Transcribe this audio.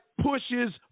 pushes